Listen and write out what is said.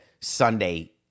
Sunday